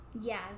Yes